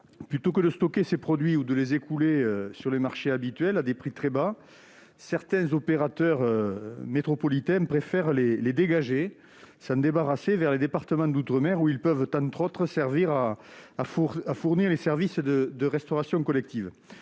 Plutôt que de stocker ces produits ou de les écouler sur les marchés habituels à des prix très bas, certains opérateurs métropolitains préfèrent les « dégager », c'est-à-dire s'en débarrasser vers les départements d'outre-mer, où ils peuvent notamment servir à fournir les services de restauration collective.